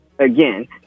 again